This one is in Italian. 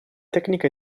tecnica